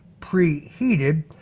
preheated